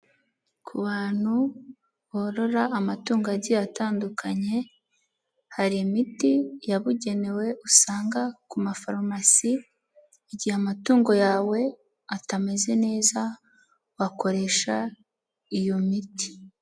Ku bantu borora amatungo agiye atandukanye, hari imiti yabugenewe usanga ku mafarumasi, igihe amatungo yawe atameze neza wakoresha iyo miti.